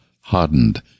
hardened